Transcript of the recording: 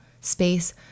space